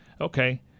okay